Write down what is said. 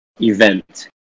event